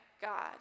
God